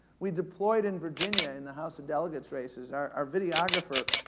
we deployed in virginia, in the house of delegates races. our our videographer,